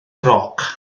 roc